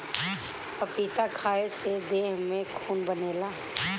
पपीता खाए से देह में खून बनेला